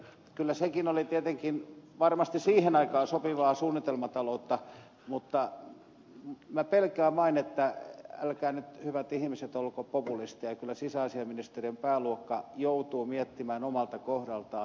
kyllä sekin oli tietenkin varmasti siihen aikaan sopivaa suunnitelmataloutta mutta minä pelkään vain että älkää nyt hyvät ihmiset olko populisteja kyllä sisäasiainministeriön pääluokka joutuu miettimään omalta kohdaltaan